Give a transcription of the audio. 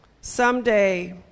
Someday